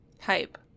Hype